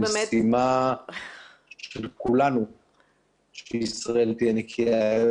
זו משימה של כולנו שישראל תהיה נקייה.